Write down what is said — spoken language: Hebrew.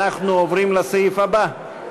אנחנו עוברים לסעיף הבא.